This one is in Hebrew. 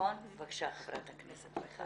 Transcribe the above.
בבקשה חברת הכנסת מיכל.